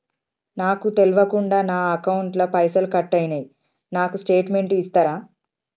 నాకు తెల్వకుండా నా అకౌంట్ ల పైసల్ కట్ అయినై నాకు స్టేటుమెంట్ ఇస్తరా?